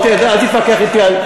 אל תתווכח אתי על,